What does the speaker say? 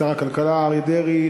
שר הכלכלה אריה דרעי,